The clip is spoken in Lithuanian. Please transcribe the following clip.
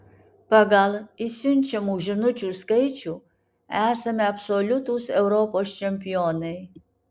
pagal išsiunčiamų žinučių skaičių esame absoliutūs europos čempionai